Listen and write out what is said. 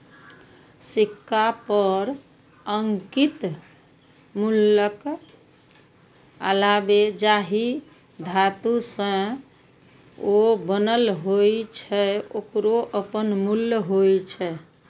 सिक्का पर अंकित मूल्यक अलावे जाहि धातु सं ओ बनल होइ छै, ओकरो अपन मूल्य होइ छै